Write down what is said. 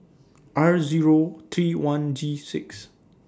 R Zero three one G six